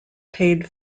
paid